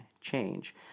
change